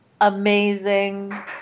amazing